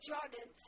Jordan